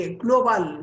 global